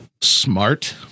smart